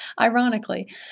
ironically